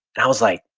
and i was like,